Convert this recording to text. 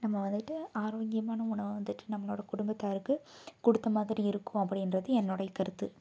நம்ம வந்துட்டு ஆரோக்கியமான உணவை வந்துட்டு நம்மளோட குடும்பத்தாருக்கு கொடுத்த மாதிரி இருக்கும் அப்படிகிறது என்னுடைய கருத்து